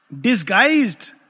Disguised